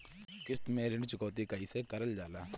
किश्त में ऋण चुकौती कईसे करल जाला?